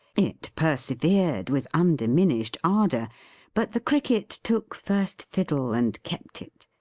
it persevered with undiminished ardour but the cricket took first fiddle and kept it.